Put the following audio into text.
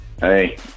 hey